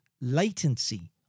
latency